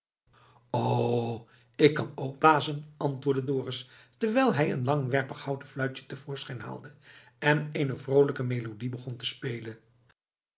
o ik kan ook blazen antwoordde dorus terwijl hij een langwerpig houten fluitje te voorschijn haalde en eene vroolijke melodie begon te spelen